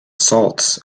salts